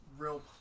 real